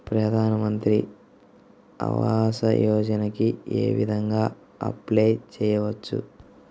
ప్రధాన మంత్రి ఆవాసయోజనకి ఏ విధంగా అప్లే చెయ్యవచ్చు?